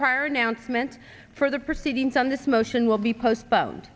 prior announcement further proceedings on this motion will be postpone